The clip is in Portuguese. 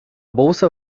bolsa